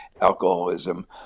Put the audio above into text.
alcoholism